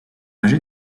âgé